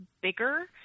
bigger